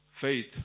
Faith